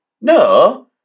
no